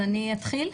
אתחיל?